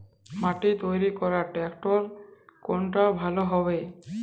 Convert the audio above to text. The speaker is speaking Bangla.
মাটি তৈরি করার ট্রাক্টর কোনটা ভালো হবে?